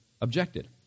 objected